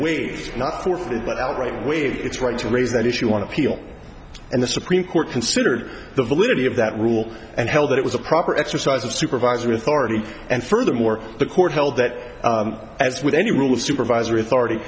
out right away it's right to raise that issue on appeal and the supreme court considered the validity of that rule and held that it was a proper exercise of supervisory authority and furthermore the court held that as with any rule of supervisory authority